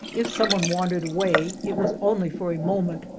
if someone wandered away, it was only for a moment,